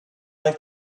like